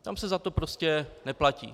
Tam se za to prostě neplatí.